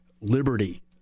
liberty